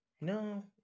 No